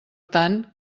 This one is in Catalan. tant